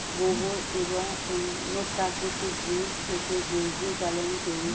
গোবর এবং অন্যান্য প্রাকৃতিক জিনিস থেকে জৈব জ্বালানি তৈরি হয়